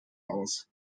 aus